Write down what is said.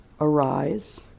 arise